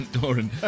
Doran